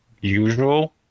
usual